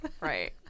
Right